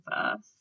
first